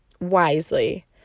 wisely